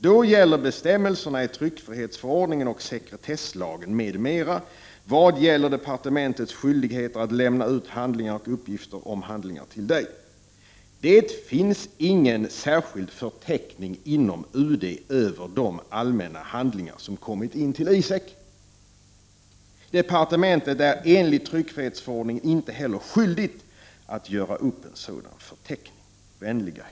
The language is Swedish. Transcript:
Då gäller bestämmelserna i tryckfrihetsförordningen och sekretesslagen m.m. vad gäller departementets skyldigheter att lämna ut handlingar och uppgifter om handlingar till Dig. Det finns ingen särskild förteckning inom UD över de allmänna handlingar som kommit in till ISEK. Departementet är enligt tryckfrihetsförordningen inte heller skyldigt att göra upp en sådan förteckning.